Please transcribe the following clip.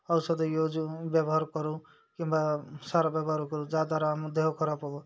ଔଷଧ ୟୁଜ୍ ବ୍ୟବହାର କରୁ କିମ୍ବା ସାର ବ୍ୟବହାର କରୁ ଯାହାଦ୍ୱାରା ଆମ ଦେହ ଖରାପ ହବ